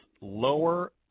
lower